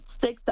six